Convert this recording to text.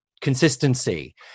consistency